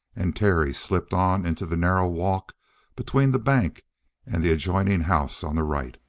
and terry slipped on into the narrow walk between the bank and the adjoining house on the right.